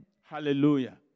Hallelujah